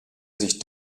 sich